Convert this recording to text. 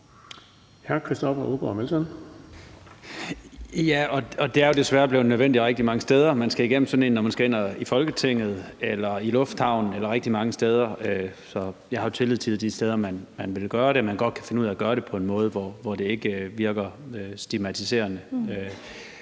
Det er jo desværre blevet nødvendigt rigtig mange steder. Man skal igennem sådan en, når man skal ind i Folketinget, i lufthavnen og rigtig mange steder, så jeg har tillid til, at man de steder, hvor man vil gøre det, godt kan finde ud af gøre det på en måde, så det ikke virker stigmatiserende.